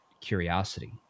curiosity